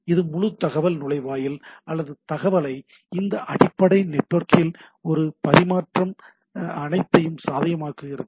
இது முழு தகவல் நுழைவாயில் அல்லது தகவலை இந்த அடிப்படை நெட்வொர்க்கில் இந்த பரிமாற்றம் அனைத்தையும் சாத்தியமாக்குகிறது